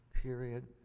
period